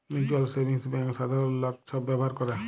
mutual savings bank সাধারল লক ছব ব্যাভার ক্যরে